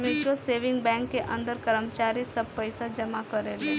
mutual saving bank के अंदर कर्मचारी सब पइसा जमा करेले